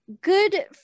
Good